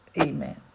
Amen